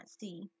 see